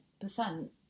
percent